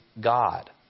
God